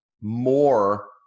more